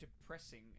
depressing